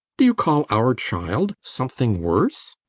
do you call our child something worse?